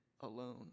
alone